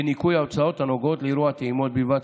בניכוי ההוצאות הנוגעות לאירוע הטעימות בלבד,